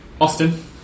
Austin